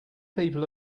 people